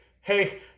Hey